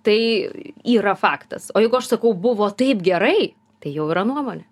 tai yra faktas o jeigu aš sakau buvo taip gerai tai jau yra nuomonė